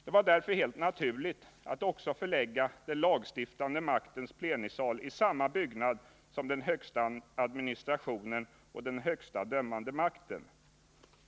Det var därför helt naturligt att också förlägga den lagstiftande maktens plenisal i samma byggnad som den högsta administrationen och den högsta dömande makten.